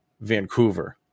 Vancouver